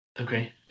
Okay